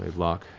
loch,